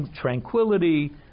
tranquility